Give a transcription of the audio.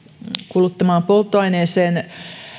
kuluttamaan polttoaineeseen